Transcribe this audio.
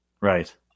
Right